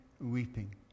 weeping